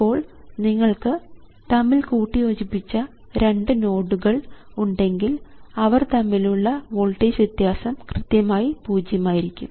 ഇപ്പോൾ നിങ്ങൾക്ക് തമ്മിൽ കൂട്ടിയോജിപ്പിച്ച രണ്ട് നോഡുകൾ ഉണ്ടെങ്കിൽ അവർ തമ്മിലുള്ള വോൾട്ടേജ് വ്യത്യാസം കൃത്യമായി പൂജ്യമായിരിക്കും